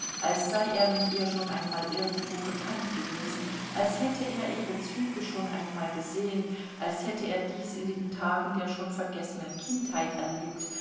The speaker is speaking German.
als sei er mit ihr schon einmal irgendwo bekannt gewesen als hätte er ihre züge schon einmal gesehen als hätte er dies in den tagen der schon vergessenen kindheit erlebt